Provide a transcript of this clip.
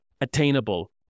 attainable